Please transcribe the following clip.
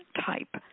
type